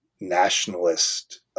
nationalist